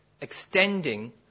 extending